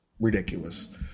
ridiculous